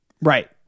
Right